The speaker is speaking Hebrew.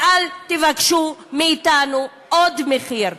ואל תבקשו מאתנו עוד מחיר.